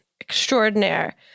extraordinaire